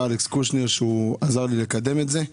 אלכס קושניר שהוא עזר לי לקדם את זה.